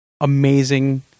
amazing